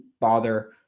bother